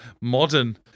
modern